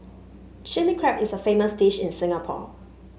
Chilli Crab is a famous dish in Singapore